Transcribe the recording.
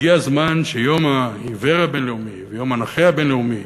הגיע הזמן שיום העיוור הבין-לאומי ויום הנכה הבין-לאומי